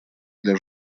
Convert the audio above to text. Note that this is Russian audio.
для